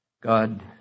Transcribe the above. God